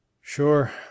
sure